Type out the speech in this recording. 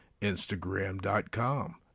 instagram.com